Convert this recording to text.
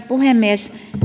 puhemies